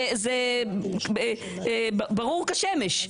זה ברור כשמש.